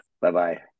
Bye-bye